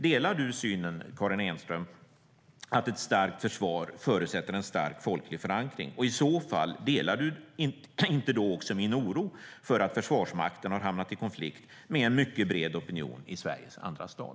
Delar du, Karin Enström, synen att ett starkt försvar förutsätter en stark folklig förankring, och delar du i så fall inte också min oro för att Försvarsmakten har hamnat i konflikt med en mycket bred opinion i Sveriges andra stad?